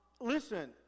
Listen